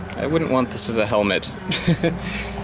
i wouldn't want this as a helmet it's